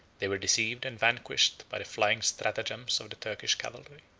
they were deceived and vanquished by the flying stratagems of the turkish cavalry.